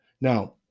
Now